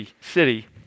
city